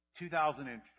2004